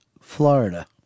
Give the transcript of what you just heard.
Florida